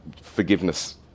forgiveness